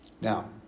Now